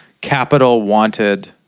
capital-wanted